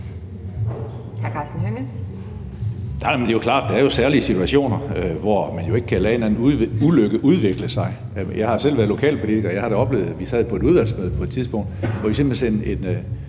at der er særlige situationer, hvor man jo ikke kan lade en eller anden ulykke udvikle sig. Jeg har selv været lokalpolitiker, og jeg har da oplevet, at vi sad på et udvalgsmøde på et tidspunkt og simpelt hen måtte